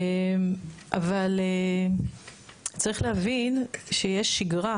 אבל צריך להבין שיש שגרה